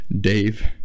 Dave